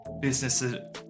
businesses